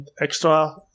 extra